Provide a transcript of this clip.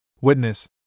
Witness